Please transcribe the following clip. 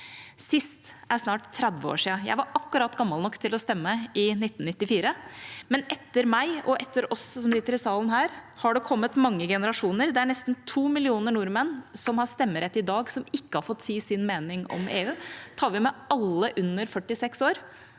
siste gang snart 30 år siden. Jeg var akkurat gammel nok til å stemme i 1994, men etter meg, og etter oss som sitter her i salen, har det kommet mange generasjoner. Det er nesten to millioner nordmenn som har stemmerett i dag, som ikke har fått si sin mening om EU. Tar vi med alle under 46 år,